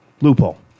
Loophole